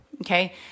okay